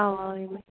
اوا یِمٕے